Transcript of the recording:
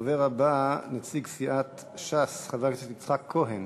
הדובר הבא, נציג סיעת ש"ס, חבר הכנסת יצחק כהן.